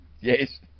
Yes